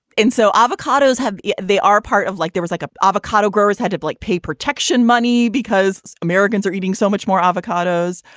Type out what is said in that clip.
and so avocados have yeah they are part of like there was like ah avocado growers had to like pay protection money because americans are eating so much more avocados.